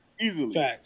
Easily